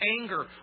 anger